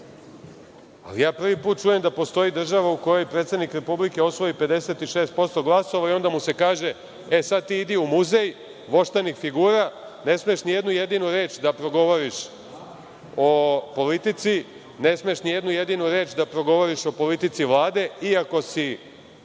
ja prvi put čujem da postoji država u kojoj predsednik Republike osvoji 56% glasova i onda mu se kaže – e, sad ti idi u muzej voštanih figura, ne smeš ni jednu jedinu reč da progovoriš o politici, ne smeš ni jednu jedinu reč da progovoriš o politici Vlade, iako si